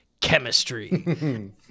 Chemistry